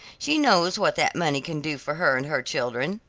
she knows what that money can do for her and her children.